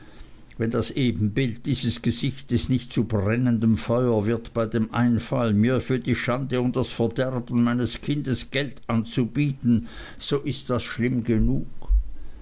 wenn das ebenbild dieses gesichtes nicht zu brennendem feuer wird bei dem einfall mir für die schande und das verderben meines kindes geld anzubieten so ist das schlimm genug